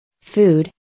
Food